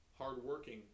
hard-working